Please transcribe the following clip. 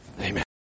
Amen